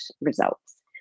results